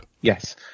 Yes